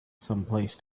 someplace